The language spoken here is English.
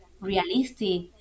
realistic